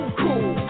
cool